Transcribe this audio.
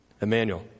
Emmanuel